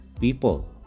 people